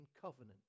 covenant